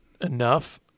enough